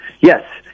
Yes